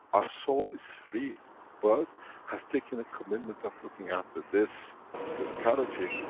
our soul is free but has taken a commitment of looking after this physicality,